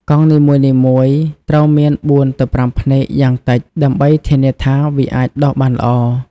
កង់នីមួយៗត្រូវមាន ៤ ទៅ ៥ ភ្នែក យ៉ាងតិច ដើម្បីធានាថាវាអាចដុះបានល្អ។